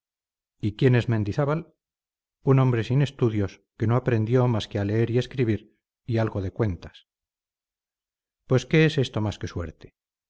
y quién es mendizábal un hombre sin estudios que no aprendió más que a leer y escribir y algo de cuentas pues qué es esto más que suerte